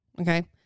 okay